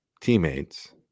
teammates